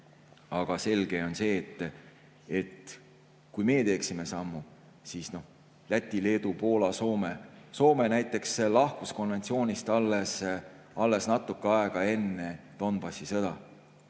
Aga selge on see, et kui meie teeksime sammu, siis Läti, Leedu, Poola, Soome ... Soome näiteks [ühines konventsiooniga] alles natuke aega enne Donbassi sõda,